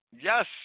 Yes